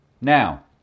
Now